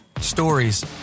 Stories